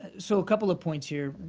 so a couple of points here.